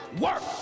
work